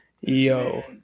Yo